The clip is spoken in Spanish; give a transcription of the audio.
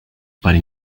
para